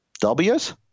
W's